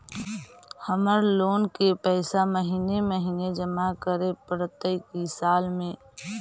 हमर लोन के पैसा महिने महिने जमा करे पड़तै कि साल में?